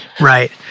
Right